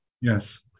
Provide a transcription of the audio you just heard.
Yes